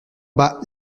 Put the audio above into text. bas